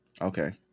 Okay